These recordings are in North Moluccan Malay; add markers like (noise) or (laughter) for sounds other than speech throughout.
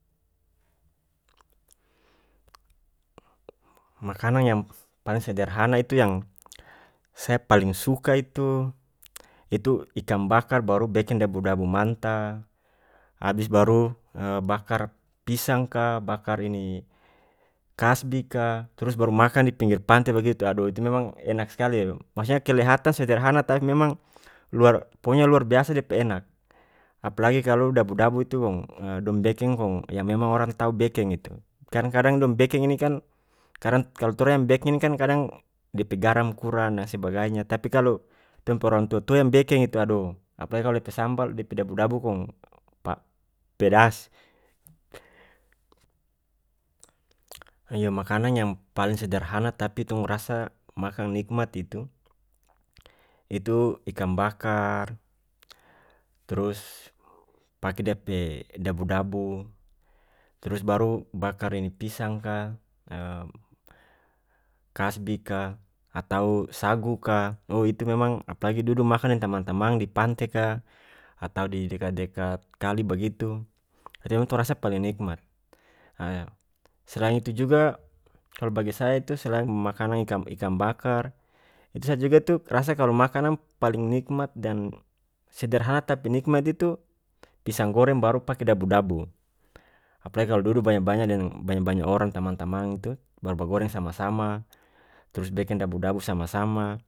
(noise) makanan yang paling sederhana itu yang saya paling suka itu-itu ikang bakar baru bekeng dabu dabu mantah abis baru (hesitation) bakar pisang ka bakar ini kasbi ka trus baru makang di pinggir pante begitu adoh itu memang enak skali ee maksudnya kelihatan sederhana tapi memang luar pokonya luar biasa dia pe enak apalagi kalu dabu dabu itu kong (hesitation) dong bekeng kong yang memang orang tau bekeng itu kan kadang dong bekeng ini kan kadang kalu torang yang bekeng ini kan kadang dia pe garam kurang dan sebagainya tapi kalu tong pe orang tua tua yang bekeng itu adoh apalagi kalu dia pe sambal dia pe dabu dabu kong pak-pedas iyo makanang yang paling sederhana tapi tong rasa makang nikmat itu-itu ikang bakar trus pake dia pe dabu dabu trus baru bakar ini pisang ka (hesitation) kasbi ka atau sagu ka oh itu memang apalagi dudu makang deng tamang tamang di pante ka atau di dekat dekat kali bagitu (unintelligible) tong rasa paling nikmat (hesitation) selain itu juga kalu bagi saya itu selain makanang ikang bakar itu saya juga itu rasa kalu makanang paling nikmat dan sederhana tapi nikmat itu pisang goreng baru pake dabu dabu apalagi kalu dudu banya banya deng banya banya orang tamang tamang itu baru bagoreng sama sama trus bekeng dabu dabu sama sama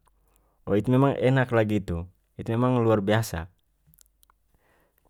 oh itu memang enak lagi itu itu memang luar biasa.